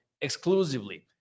exclusively